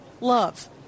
love